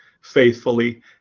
faithfully